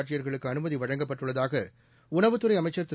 ஆட்சியர்களுக்கு அனுமதி வழங்கப்பட்டுள்ளதாக உணவுத்துறை அமைச்சர் திரு